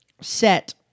set